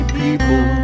people